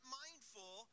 mindful